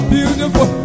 Beautiful